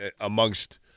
amongst